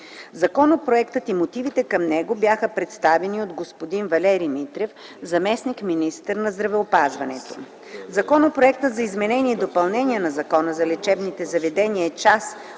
Законопроектът и мотивите към него бяха представени от господин Валери Митрев, заместник-министър на здравеопазването. Законопроектът за изменение и допълнение на Закона за лечебните заведения е част